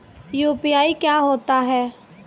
UPI क्या होता है?